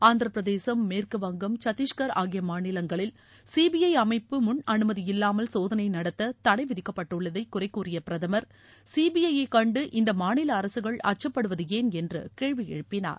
ஆந்திர பிரதேசம் மேற்கு வங்கம் சத்திஷ்கர் ஆகிய மாநிலங்களில் சிபிஐ அமைப்பு முன் அனுமதி இல்லாமல் சோதனை நடத்த தடை விதிக்கப்பட்டுள்ளதை குறைகூறிய பிரதமா் சிபிஐ யை கண்டு இந்த மாநில அரசுகள் அச்சப்படுவது ஏன் என்று கேள்வி எழுப்பினார்